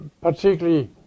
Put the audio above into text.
particularly